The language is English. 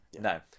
no